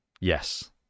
yes